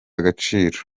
agaciro